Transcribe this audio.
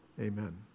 Amen